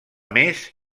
més